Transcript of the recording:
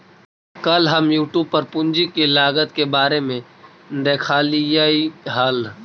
कल हम यूट्यूब पर पूंजी के लागत के बारे में देखालियइ हल